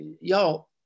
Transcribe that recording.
Y'all